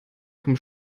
vom